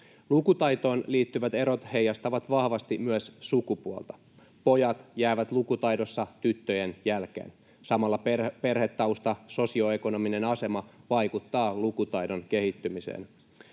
Lukutaitoon liittyvät erot heijastavat vahvasti myös sukupuolta: pojat jäävät lukutaidossa tyttöjen jälkeen. Samalla perhetausta, sosioekonominen asema, vaikuttaa lukutaidon kehittymiseen.